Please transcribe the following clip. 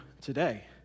today